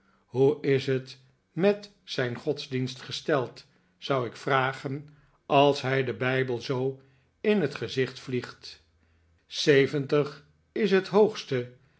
hoe is het met zijn godsdienst gesteld zou ik vragen als hij den bijbel zoo in het gezicht vliegt zeyentig is het hoogste